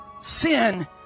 Sin